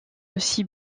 aussi